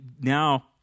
now